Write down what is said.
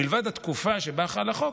מלבד התקופה שבה חל החוק,